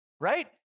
right